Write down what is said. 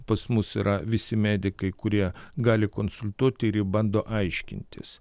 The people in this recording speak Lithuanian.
pas mus yra visi medikai kurie gali konsultuoti ir bando aiškintis